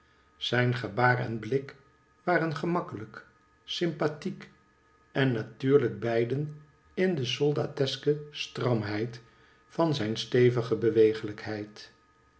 zijn gebaar en zijn blik waren gemakkelijk sympathiek en natuurlijk beiden in de soldateske stramheid van zijn stevige bewegelijkheid